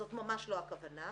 זאת ממש לא הכוונה.